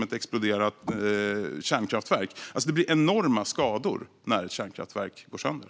Ett fallande vindkraftverk kanske inte är lika farligt som ett exploderat kärnkraftverk.